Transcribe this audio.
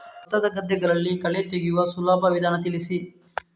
ಭತ್ತದ ಗದ್ದೆಗಳಲ್ಲಿ ಕಳೆ ತೆಗೆಯುವ ಸುಲಭ ವಿಧಾನ ತಿಳಿಸಿ?